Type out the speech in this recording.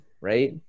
right